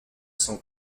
cent